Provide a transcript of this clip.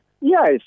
Yes